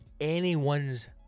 anyone's